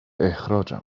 اخراجم